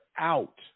out